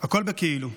הכול בכאילו.